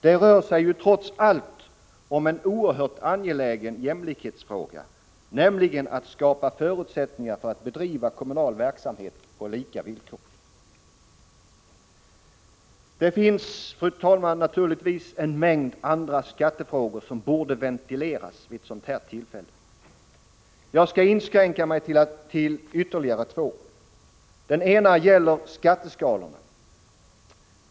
Det rör sig ju trots allt om en oerhört angelägen jämlikhetsfråga, nämligen att skapa förutsättningar för att bedriva kommunal verksamhet på lika villkor. Fru talman! Det finns naturligtvis en mängd andra skattefrågor som borde ventileras vid ett sådant här tillfälle. Jag skall inskränka mig till att ta upp ytterligare två. Den ena gäller skatteskalorna.